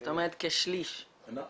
זאת אומרת כשליש בערך.